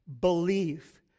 belief